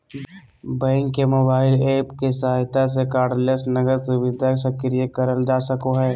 bank के mobile app के सहायता से कार्डलेस नकद सुविधा सक्रिय करल जा सको हय